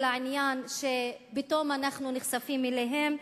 או זה שפתאום אנחנו נחשפים אליהם,